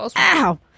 Ow